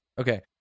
okay